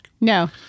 no